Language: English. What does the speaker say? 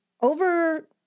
over